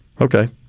Okay